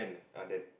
ah then